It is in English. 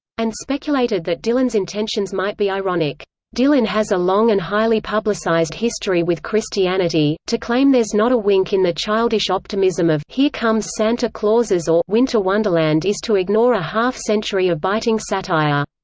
and speculated that dylan's intentions might be ironic dylan has a long and highly publicized history with christianity to claim there's not a wink in the childish optimism of here comes santa claus or winter wonderland is to ignore a half-century of biting satire.